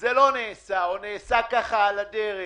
אבל זה לא נעשה, אולי רק על הדרך.